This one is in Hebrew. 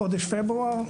בחודש פברואר 2020,